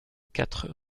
quatre